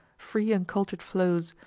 free uncultured flows,